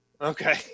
Okay